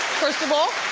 first of all,